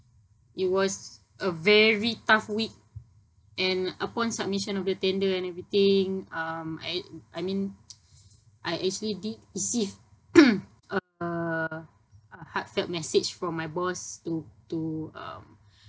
it was a very tough week and upon submission of the tender and everything um I I mean I actually did receive a uh heartfelt message from my boss to to um